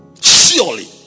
surely